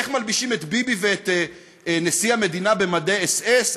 איך מלבישים את ביבי ואת נשיא המדינה במדי אס.אס.